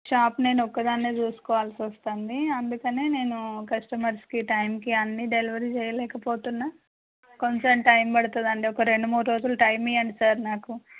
shop నేను ఒక్కదాన్నే చూసుకోవాల్సి వస్తోంది అందుకనే నేను కష్టమర్స్కి టైమ్కి ఆన్నీ డెలివరీ చేయలేకపోతున్నా కొంచెం టైమ్ పడుతుందండి ఒక రెండు మూడు రోజులు టైమ్ ఇవ్వండి సార్ నాకు